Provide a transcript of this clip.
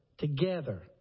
Together